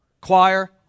choir